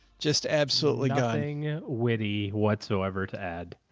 just absolutely gone. nothing witty whatsoever to add.